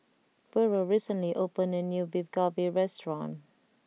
Burrel recently opened a new Beef Galbi restaurant